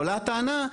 עולה הטענה,